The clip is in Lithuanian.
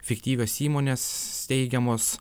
fiktyvios įmonės steigiamos